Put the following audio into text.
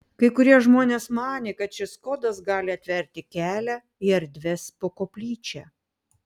kai kurie žmonės manė kad šis kodas gali atverti kelią į erdves po koplyčia